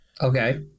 Okay